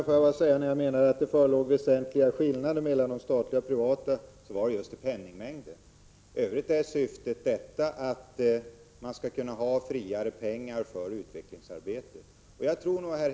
Herr talman! När jag sade att det förelåg väsentliga skillnader mellan de statliga och de privata förnyelsefonderna, var det just penningmängden jag syftade på. I övrigt är syftet att man skall kunna ha friare pengar för utvecklingsarbete.